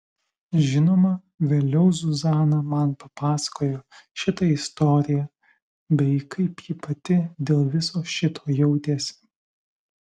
žinoma vėliau zuzana man papasakojo šitą istoriją bei kaip ji pati dėl viso šito jautėsi